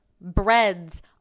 breads